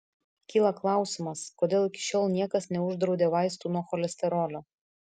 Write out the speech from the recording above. kyla klausimas kodėl iki šiol niekas neuždraudė vaistų nuo cholesterolio